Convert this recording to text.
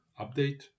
update